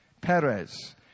Perez